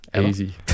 Easy